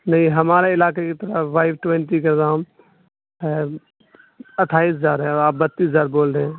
نہیں ہمارے علاقے کی طرف وائی ٹوینٹی کا دام ہے اٹھائیس ہزار ہے اور آپ بتیس ہزار بول رہے ہیں